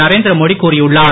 நரேந்திரமோடி கூறியுள்ளார்